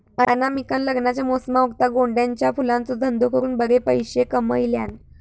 अनामिकान लग्नाच्या मोसमावक्ता गोंड्याच्या फुलांचो धंदो करून बरे पैशे कमयल्यान